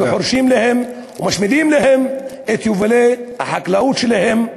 חורשים להם ומשמידים להם את יבולי החקלאות שלהם,